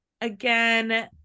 Again